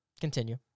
Continue